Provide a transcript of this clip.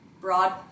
broad